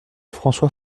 françois